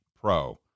pro